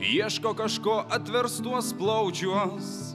ieško kažko atverstuos plaučiuos